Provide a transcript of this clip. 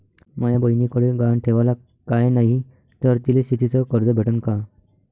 माया बयनीकडे गहान ठेवाला काय नाही तर तिले शेतीच कर्ज भेटन का?